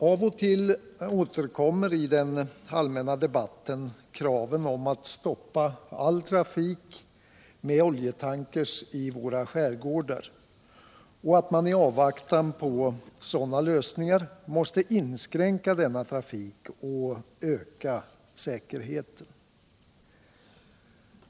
Av och till återkommer i den allmänna debatten kraven på att man skall stoppa all trafik med oljetankrar i våra skärgårdar och att man i avvaktan på sådana lösningar skall inskränka denna trafik och öka säkerheten.